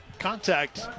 contact